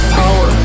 power